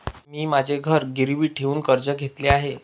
मी माझे घर गिरवी ठेवून कर्ज घेतले आहे